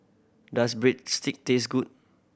does Breadstick taste good